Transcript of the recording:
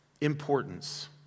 importance